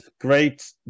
great